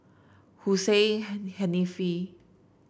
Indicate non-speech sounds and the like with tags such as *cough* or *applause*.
Hussein *unintelligible* Haniff